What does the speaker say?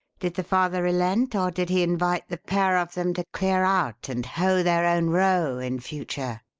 did the father relent, or did he invite the pair of them to clear out and hoe their own row in future?